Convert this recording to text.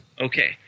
Okay